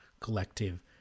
collective